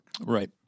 Right